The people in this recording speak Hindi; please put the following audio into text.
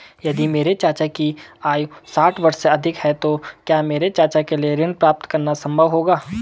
यदि मेरे चाचा की आयु साठ वर्ष से अधिक है तो क्या मेरे चाचा के लिए ऋण प्राप्त करना संभव होगा?